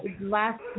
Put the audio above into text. last